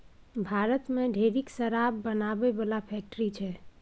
भारत मे ढेरिक शराब बनाबै बला फैक्ट्री छै